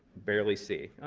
barely see.